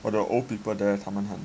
but the old people there 他们他们